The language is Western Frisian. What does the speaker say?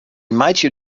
meitsje